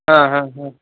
हां हां हां